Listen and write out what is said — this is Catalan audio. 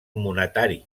monetari